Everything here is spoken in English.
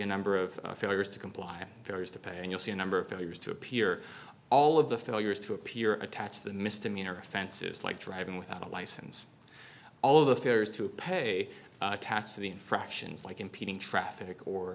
a number of failures to comply and there is to pay and you'll see a number of failures to appear all of the failures to appear attach the misdemeanor offenses like driving without a license all of the fares to pay tax to the infractions like impeding traffic or